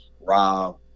Rob